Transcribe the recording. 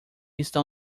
estão